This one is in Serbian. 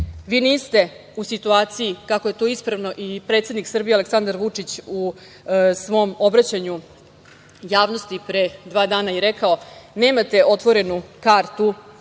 vi niste u situaciji, kako je to ispravno i predsednik Srbije Aleksandar Vučić u svom obraćanju javnosti pre dva dana i rekao, nemate otvorenu kartu